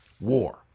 war